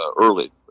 early